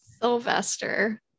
Sylvester